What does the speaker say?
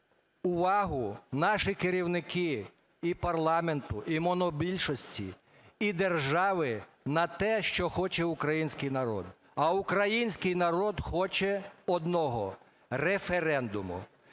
увагу наші керівники і парламенту, і монобільшості, і держави на те, що хоче український народ. А український народ хоче одного – референдуму.